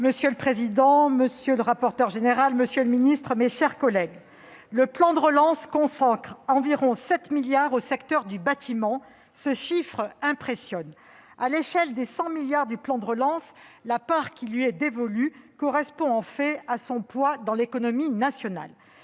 Estrosi Sassone. Monsieur le président, monsieur le ministre, mes chers collègues, le plan de relance consacre environ 7 milliards d'euros au secteur du bâtiment ; ce chiffre impressionne. À l'échelle des 100 milliards du plan de relance, la part qui lui est dévolue correspond en fait à son poids dans l'économie nationale.